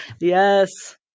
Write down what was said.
Yes